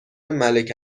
ملک